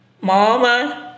Mama